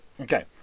okay